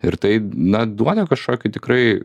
ir taip na duoda kažkokio tikrai